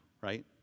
right